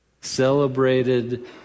celebrated